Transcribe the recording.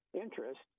interest